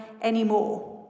anymore